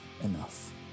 enough